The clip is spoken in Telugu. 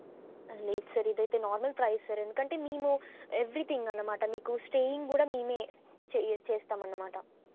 లేదు సార్ ఇదైతే నార్మల్ ప్రైస్ సార్ ఎందుకంటే మేము ఎవ్రీతింగ్ అనమాట మీకు స్టేయింగ్ కూడా మేమే చేయ చేస్తామనమాట